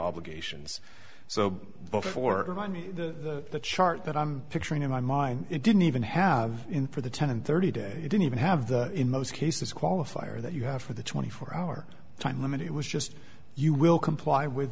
obligations so before the chart that i'm picturing in my mind it didn't even have in for the ten and thirty day it didn't even have the in most cases qualifier that you have for the twenty four hour time limit it was just you will comply with